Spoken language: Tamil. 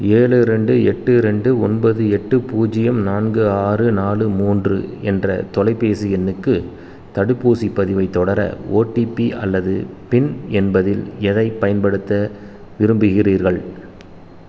ஏழு ரெண்டு எட்டு ரெண்டு ஒன்பது எட்டு பூஜ்ஜியம் நான்கு ஆறு நாலு மூன்று என்ற தொலைபேசி எண்ணுக்கு தடுப்பூசிப் பதிவைத் தொடர ஓடிபி அல்லது பின் என்பதில் எதைப் பயன்படுத்த விரும்புகிறீர்கள்